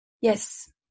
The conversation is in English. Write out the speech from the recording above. yes